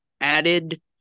added